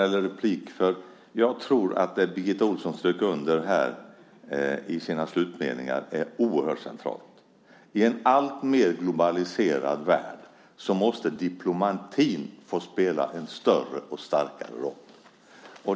Jag begärde ordet för att säga att det som Birgitta Ohlsson strök under i sina slutmeningar är oerhört centralt. I en alltmer globaliserad värld måste diplomatin få spela en större och starkare roll.